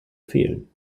fehlen